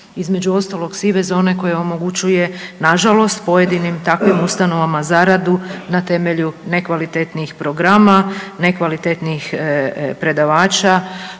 između ostalog sive zone koja omogućuje na žalost pojedinim takvim ustanovama zaradu na temelju nekvalitetnih programa, nekvalitetnih predavača